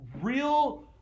real